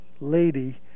lady